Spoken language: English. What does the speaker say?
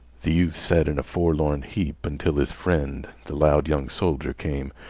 the youth sat in a forlorn heap until his friend the loud young soldier came,